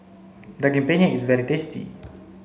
Daging Penyet is very tasty